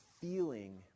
feeling